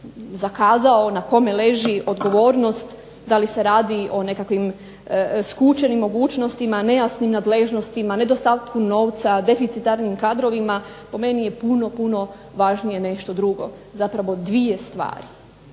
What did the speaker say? zakazao, na kome leži odgovornost, da li se radi o nekakvim skučenim mogućnostima, nejasnim nadležnosti, nedostatku novca, deficitarnim kadrovima, po meni je puno, puno važnije nešto drugo, zapravo dvije stvari.